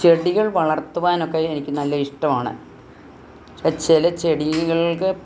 ചെടികൾ വളർത്തുവാനൊക്കെ എനിക്ക് നല്ല ഇഷ്ട്മാണ് ചില ചെടികൾക്ക്